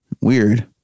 Weird